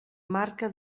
marca